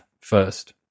first